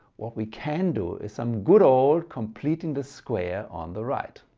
what we can do is some good old completing the square on the right.